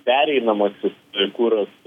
pereinamasis kuras